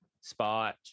spot